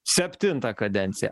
septintą kadenciją